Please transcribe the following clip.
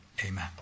Amen